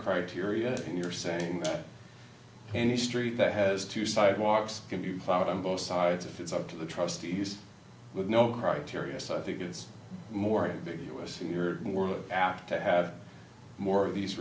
criteria and you're saying that any street that has two sidewalks can be found on both sides if it's up to the trustees with no criteria so i think it's more ambiguous in your world after to have more of these